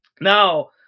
now